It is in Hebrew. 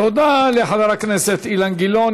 תודה לחבר הכנסת אילן גילאון.